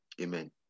Amen